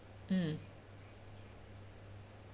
mm